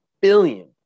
billion